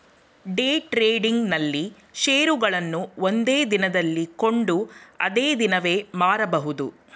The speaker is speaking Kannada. ಡೇ ಟ್ರೇಡಿಂಗ್ ನಲ್ಲಿ ಶೇರುಗಳನ್ನು ಒಂದೇ ದಿನದಲ್ಲಿ ಕೊಂಡು ಅದೇ ದಿನವೇ ಮಾರಬಹುದು